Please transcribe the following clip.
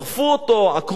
עקרו את ציפורניו,